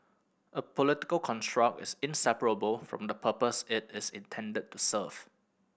a political construct is inseparable from the purpose it is intended to serve